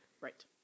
Right